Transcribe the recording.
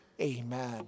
Amen